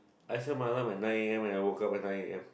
I set my alarm at nine a_m and I woke up at nine a_m